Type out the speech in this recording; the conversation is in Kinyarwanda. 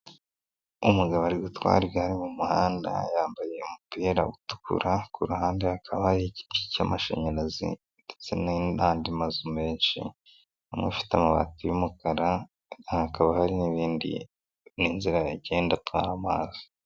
Umugabo ari gutwara igare mu muhanda yambaye umupira utukura, ku ruhande hakaba hari igiti cy'amashanyarazi ndetse n'andi mazu menshi, imwe ifite amabati y'umukara, hakaba hari n'ibindi, n'inzira igenderwamo n'amazi.